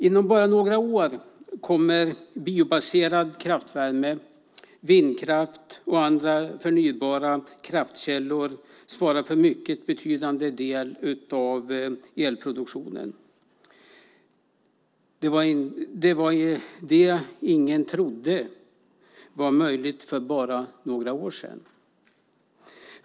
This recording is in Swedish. Inom bara några år kommer biobaserad kraftvärme, vindkraft och andra förnybara kraftkällor att svara för en mycket betydande del av elproduktionen. Det var det ingen trodde var möjligt för bara några år sedan.